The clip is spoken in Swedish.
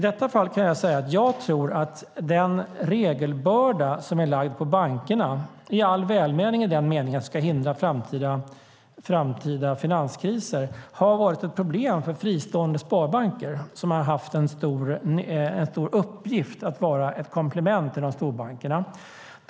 I detta fall kan jag säga att den regelbörda som är lagd på bankerna och som i all välmening ska hindra framtida finanskriser har varit ett problem för fristående sparbanker, som har haft en stor uppgift att vara ett komplement till storbankerna.